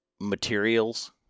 materials